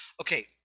Okay